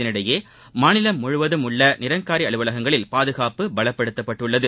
இதற்கிடையே மாநிலம் முழுவதும் உள்ள நிரங்காரி அலுவலகங்களில் பாதுகாப்பு பலப்படுத்தப்பட்டுள்ளது